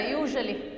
usually